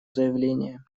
заявление